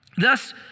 Thus